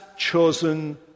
Chosen